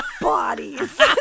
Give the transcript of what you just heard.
bodies